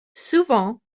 souvent